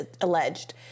alleged